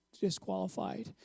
disqualified